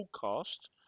broadcast